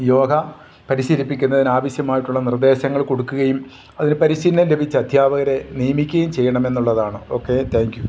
യോഗ പരിശീലിപ്പിക്കുന്നതിനാവശ്യമായിട്ടുള്ള നിർദ്ദേശങ്ങൾ കൊടുക്കുകയും അതിന് പരിശീലനം ലഭിച്ച അധ്യാപകരെ നിയമിക്കുകയും ചെയ്യണമെന്നുള്ളതാണ് ഓക്കെ താങ്ക് യൂ